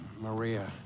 Maria